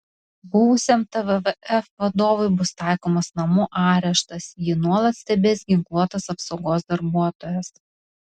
buvusiam tvf vadovui bus taikomas namų areštas jį nuolat stebės ginkluotas apsaugos darbuotojas